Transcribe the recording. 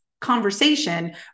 conversation